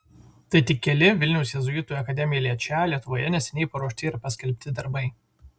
tai tik keli vilniaus jėzuitų akademiją liečią lietuvoje neseniai paruošti ir paskelbti darbai